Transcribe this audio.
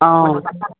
অঁ